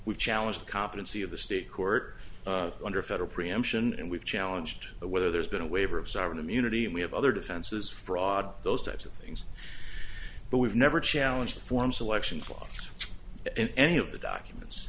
we challenge the competency of the state court under federal preemption and we've challenged whether there's been a waiver of sovereign immunity and we have other defenses fraud those types of things but we've never challenge the form selection flaw in any of the documents